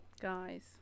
Guys